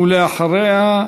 ואחריה,